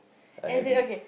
I haven't